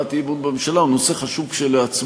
להבעת אי-אמון בממשלה, הוא נושא חשוב כשלעצמו